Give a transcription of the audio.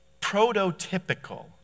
prototypical